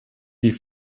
die